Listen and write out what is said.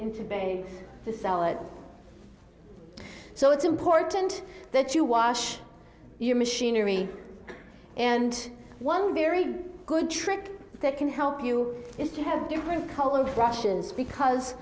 into being the seller's so it's important that you wash your machinery and one very good trick that can help you if you have different colored russians because